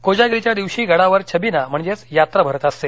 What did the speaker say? कोजागिरीच्या दिवशी गडावर छबिना म्हणजे यात्रा भरत असते